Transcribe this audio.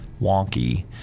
wonky